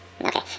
okay